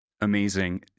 Amazing